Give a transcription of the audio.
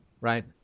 Right